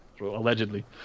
Allegedly